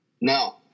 No